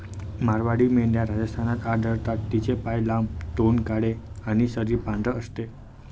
मारवाडी मेंढ्या राजस्थानात आढळतात, तिचे पाय लांब, तोंड काळे आणि शरीर पांढरे असते